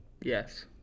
yes